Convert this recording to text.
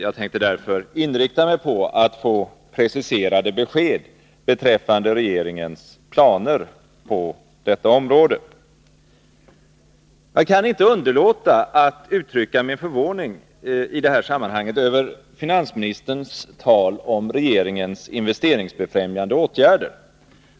Jag tänker därför inrikta mig på att försöka få preciserade besked beträffande regeringens planer på detta område. Jag kan inte underlåta att i det här sammanhanget uttrycka min förvåning över finansministerns tal om regeringens investeringsbefrämjande åtgärder.